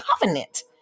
covenant